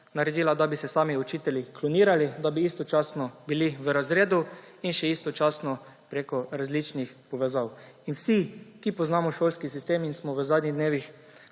naredila, da bi se sami učitelji klonirali, da bi istočasno bili v razredu in še istočasno prek različnih povezav. Vsi, ki poznamo šolski sistem in smo v zadnjih dnevih